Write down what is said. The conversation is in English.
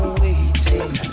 waiting